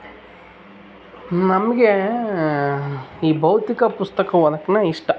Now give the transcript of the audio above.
ನಮಗೆ ಈ ಭೌತಿಕ ಪುಸ್ತಕ ಓದೋಕೆ ಇಷ್ಟ